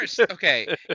okay